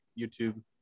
YouTube